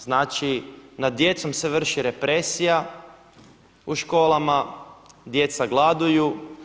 Znači nad djecom se vrši represija u školama, djeca gladuju.